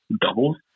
doubles